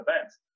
events